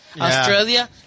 Australia